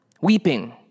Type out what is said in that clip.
weeping